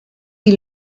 die